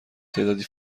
تعدادی